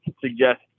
suggest